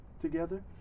together